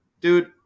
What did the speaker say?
dude